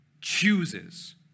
chooses